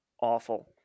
awful